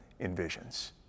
envisions